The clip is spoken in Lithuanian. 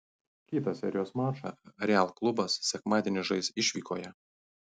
kitą serijos mačą real klubas sekmadienį žais išvykoje